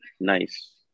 Nice